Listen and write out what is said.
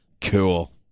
Cool